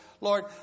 Lord